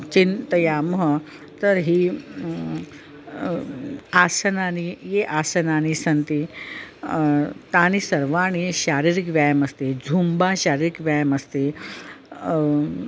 चिन्तयामः तर्हि आसनानि ये आसनानि सन्ति तानि सर्वाणि शारीरिकव्यायमस्ति झूम्बा शारीरिकव्यायमस्ति